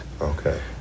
Okay